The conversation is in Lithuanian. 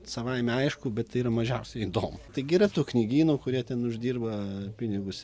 savaime aišku bet tai yra mažiausiai įdomu taigi yra tų knygynų kurie ten uždirba pinigus